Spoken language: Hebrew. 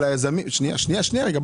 על היזמים בצלאל,